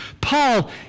Paul